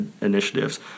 initiatives